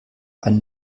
einem